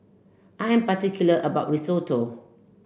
I'm particular about Risotto